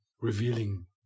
revealing